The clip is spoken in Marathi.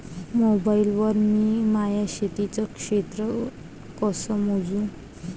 मोबाईल वर मी माया शेतीचं क्षेत्र कस मोजू?